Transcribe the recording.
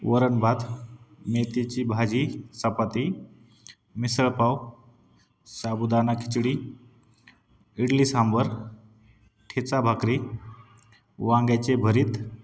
वरण भात मेथीची भाजी चपाती मिसळपाव साबुदाणा खिचडी इडली सांबर ठेचा भाकरी वांग्याचे भरीत